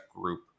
group